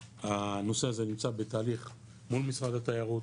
הנושא הזה נמצא בתהליך מול משרד התיירות,